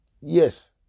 Yes